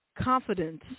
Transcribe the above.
Confidence